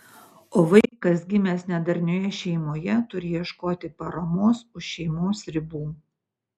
o vaikas gimęs nedarnioje šeimoje turi ieškoti paramos už šeimos ribų